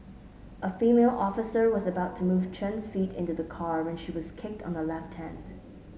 a female officer was about to move Chen's feet into the car when she was kicked on her left hand